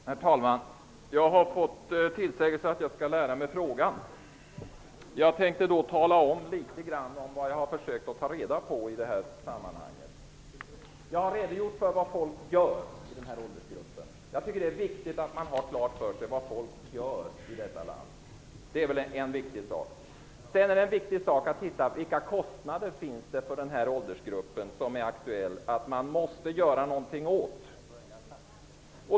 Herr talman! Jag fått en tillsägelse om att jag skall lära mig frågan. Jag vill då tala om vad jag har försökt att ta reda på i detta sammanhang. Jag har redogjort för vad människor i denna åldersgrupp gör. Det är viktigt att man har klart för sig vad folk i detta land gör. En annan viktig sak är att ta reda på vilka kostnader beträffande den aktuella åldersgruppen som man måste göra något åt.